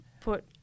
put